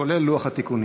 כולל לוח התיקונים.